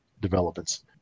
developments